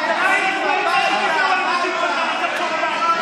חבר הכנסת מלכיאלי, נא לשבת.